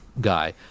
guy